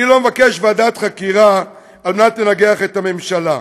אני לא מבקש ועדת חקירה כדי לנגח את הממשלה,